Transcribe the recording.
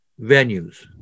venues